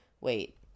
wait